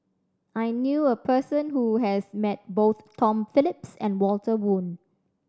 I knew a person who has met both Tom Phillips and Walter Woon